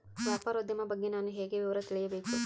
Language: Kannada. ವ್ಯಾಪಾರೋದ್ಯಮ ಬಗ್ಗೆ ನಾನು ಹೇಗೆ ವಿವರ ತಿಳಿಯಬೇಕು?